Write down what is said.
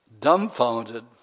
dumbfounded